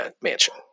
Mansion